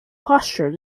posture